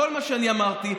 כל מה שאני אמרתי,